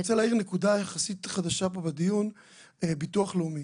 אני רוצה להאיר נקודה יחסית חדשה פה בדיון: ביטוח לאומי.